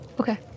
Okay